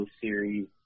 series